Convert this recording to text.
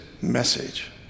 message